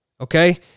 Okay